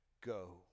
go